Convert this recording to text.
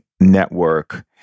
network